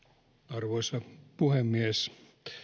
arvoisa puhemies